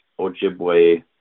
Ojibwe